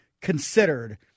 considered